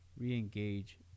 re-engage